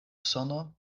usono